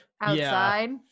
outside